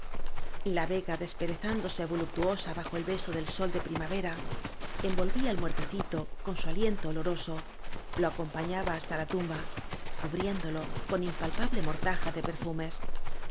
la vega despe rezándose voluptuosa bajo el beso del sol de primavera envolvía al muertecito con su alien to oloroso lo acompañaba hasta la tumba cubriéndolo con impalpable mortaja de